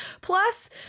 Plus